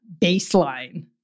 baseline